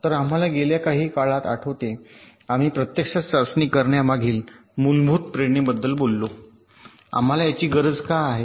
तर आम्हाला गेल्या काही काळात आठवते आम्ही प्रत्यक्षात चाचणी करण्यामागील मूलभूत प्रेरणेबद्दल बोललो आम्हाला याची गरज का आहे